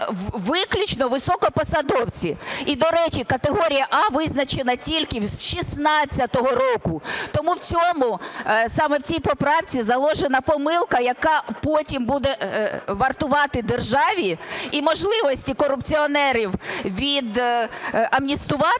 виключно високопосадовці. І, до речі, категорія А визначена тільки з 2016 року, тому саме в цій поправці заложена помилка, яка потім буде вартувати державі і можливості корупціонерів відамністуватися.